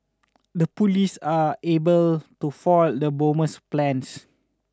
the police are able to foil the bomber's plans